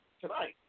tonight